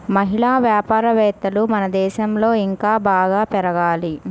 మహిళా వ్యాపారవేత్తలు మన దేశంలో ఇంకా బాగా పెరగాలి